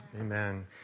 Amen